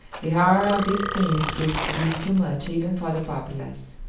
the horror of these scenes proved to be too much even for the populace,